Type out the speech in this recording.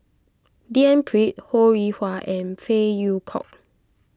D N Pritt Ho Rih Hwa and Phey Yew Kok